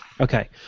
Okay